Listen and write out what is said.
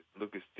Lucas